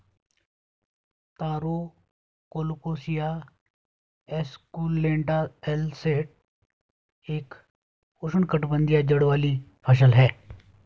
तारो Colocasia esculenta L Schott एक उष्णकटिबंधीय जड़ वाली फसल है